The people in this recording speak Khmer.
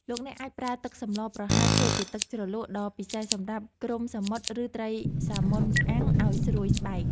លោកអ្នកអាចប្រើទឹកសម្លប្រហើរធ្វើជាទឹកជ្រលក់ដ៏ពិសេសសម្រាប់គ្រំសមុទ្រឬត្រីសាម៉ុនអាំងឱ្យស្រួយស្បែក។